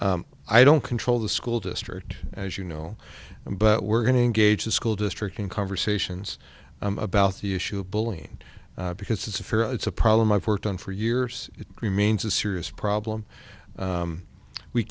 and i don't control the school district as you know but we're going to engage the school district in conversations about the issue of bullying because it's a fair it's a problem i've worked on for years it remains a serious problem